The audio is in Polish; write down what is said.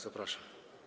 Zapraszam.